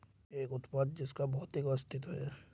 एक उत्पाद जिसका भौतिक अस्तित्व है?